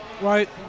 Right